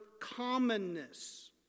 commonness